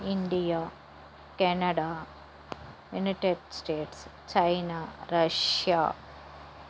India Canada United States China Russia